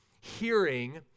hearing